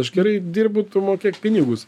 aš gerai dirbu tu mokėk pinigus